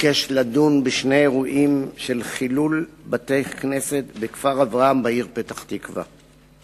ביקש לדון בשני אירועים של חילול בתי-כנסת בכפר-אברהם בעיר פתח-תקווה.